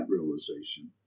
realization